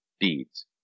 Deeds